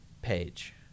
Page